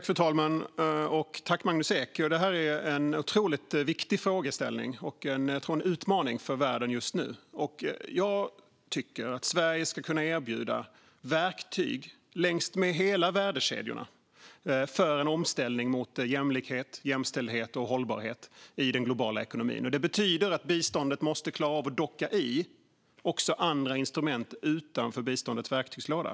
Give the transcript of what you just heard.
Fru talman och Magnus Ek! Det här är en otroligt viktig frågeställning och en utmaning för världen just nu. Jag tycker att Sverige ska kunna erbjuda verktyg längs med hela värdekedjorna för en omställning till jämlikhet, jämställdhet och hållbarhet i den globala ekonomin. Det betyder att biståndet måste klara av att docka i också andra instrument utanför biståndets verktygslåda.